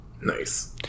Nice